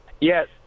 yes